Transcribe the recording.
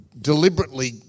deliberately